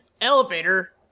elevator